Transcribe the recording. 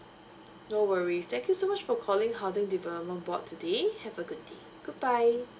no worries thank you so much for calling housing development board today have a good day goodbye